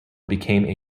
became